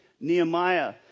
Nehemiah